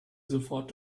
sofort